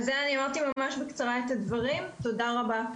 אז זה אני אמרתי ממש בקצרה את הדברים, תודה רבה.